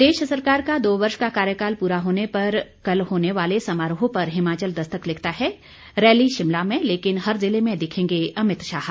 प्रदेश सरकार का दो वर्ष का कार्यकाल पूरा होने पर कल होने वाले समारोह पर हिमाचल दस्तक लिखता है रैली शिमला में लेकिन हर जिले में दिखेंगे अमित शाह